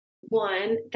one